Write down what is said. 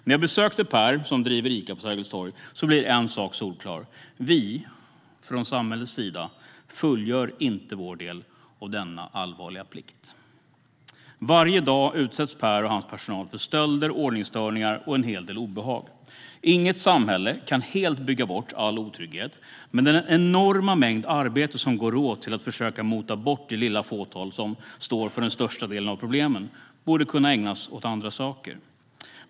När jag besöker Per, som driver Ica på Sergels torg, blir en sak solklar. Vi från samhällets sida fullgör inte vår del av denna allvarliga plikt. Varje dag utsätts Per och hans personal för stölder, ordningsstörningar och en hel del obehag. Inget samhälle kan helt bygga bort all otrygghet, men den enorma mängd arbete som går åt till att försöka mota bort det lilla fåtal som står för den största delen av problemen borde kunna ägnas åt andra saker.